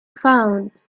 found